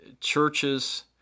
churches